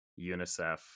UNICEF